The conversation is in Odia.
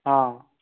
ହଁ